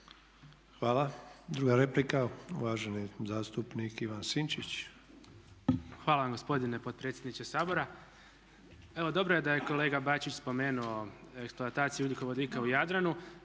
Hvala. Druga replika, uvaženi zastupnik Ivan Sinčić. **Sinčić, Ivan Vilibor (Živi zid)** Hvala vam gospodine potpredsjedniče Sabor. Evo dobro je da je kolega Bačić spomenuo eksploataciju ugljikovodika u Jadranu,